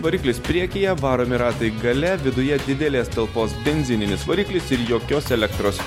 variklis priekyje varomi ratai gale viduje didelės talpos benzininis variklis ir jokios elektros